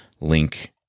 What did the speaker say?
link